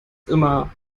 immer